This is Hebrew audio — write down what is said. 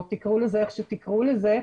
או תקראו לזה איך שתקראו לזה.